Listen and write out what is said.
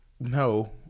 No